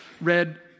read